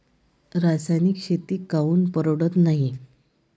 रासायनिक शेती काऊन परवडत नाई?